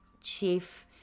chief